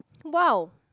!wow!